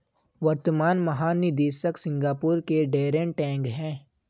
वर्तमान महानिदेशक सिंगापुर के डैरेन टैंग हैं